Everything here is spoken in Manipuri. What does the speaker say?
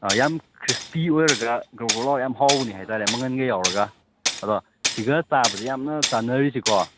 ꯌꯥꯝ ꯈ꯭ꯔꯤꯁꯄꯤ ꯑꯣꯏꯔꯒ ꯒ꯭ꯔꯧ ꯒ꯭ꯔꯧ ꯂꯥꯎꯔꯥ ꯌꯥꯝ ꯍꯥꯎꯕꯅꯦ ꯍꯥꯏ ꯇꯔꯦ ꯃꯪꯒꯜꯒ ꯌꯥꯎꯔꯒ ꯑꯗꯣ ꯁꯤꯒ ꯆꯥꯕꯗ ꯌꯥꯝꯅ ꯆꯥꯟꯅꯔꯤꯁꯦꯀꯣ